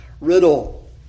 riddle